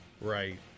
Right